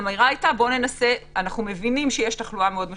האמירה היתה: אנחנו מבינים שיש תחלואה מאוד משמעותית.